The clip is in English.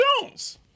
Jones